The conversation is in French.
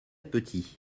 petit